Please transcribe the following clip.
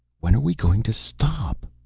when are we going to stop?